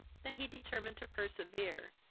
than he determined to persevere,